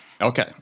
Okay